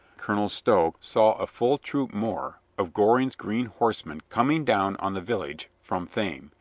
colonel stow saw a full troop more of goring's green horsemen coming down on the village from thame,